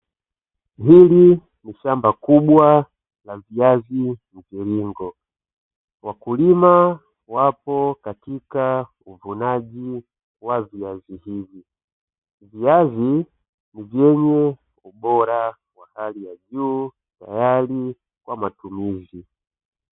Hili ni shamba kubwa la viazi mviringo wakulima wapo katika uvunaji wa viazi hivi, viazi vyenye ubora wa hali ya juu tayari kwa matumizi.